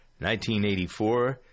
1984